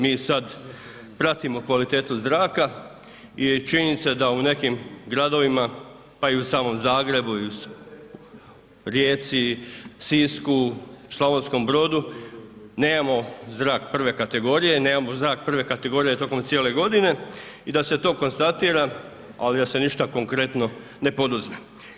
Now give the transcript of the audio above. Mi sada pratimo kvalitetu zraka i činjenica da u nekim gradovima pa i u samom Zagrebu i Rijeci, Sisku, Slavonskom Brodu nemamo zrak prve kategorije, nemamo zrak prve kategorije tokom cijele godine i da se to konstatira, ali da se ništa konkretno ne poduzme.